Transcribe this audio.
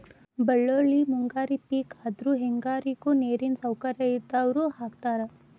ಬಳ್ಳೋಳ್ಳಿ ಮುಂಗಾರಿ ಪಿಕ್ ಆದ್ರು ಹೆಂಗಾರಿಗು ನೇರಿನ ಸೌಕರ್ಯ ಇದ್ದಾವ್ರು ಹಾಕತಾರ